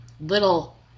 little